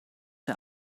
der